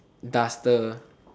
duster